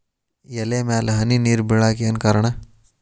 ಎಲೆ ಮ್ಯಾಲ್ ಹನಿ ನೇರ್ ಬಿಳಾಕ್ ಏನು ಕಾರಣ?